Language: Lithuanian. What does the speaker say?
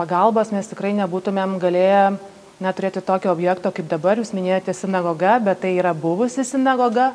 pagalbos mes tikrai nebūtume galėję na turėti tokio objekto kaip dabar jūs minėjote sinagoga bet tai yra buvusi sinagoga